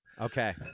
Okay